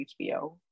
HBO